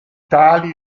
tali